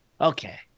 Okay